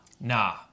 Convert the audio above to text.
Nah